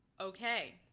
Okay